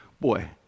Boy